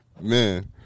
Man